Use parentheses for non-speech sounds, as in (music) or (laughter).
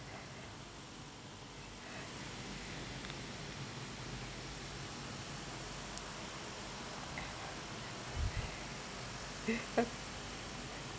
(laughs)